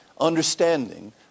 understanding